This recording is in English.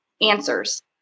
answers